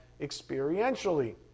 experientially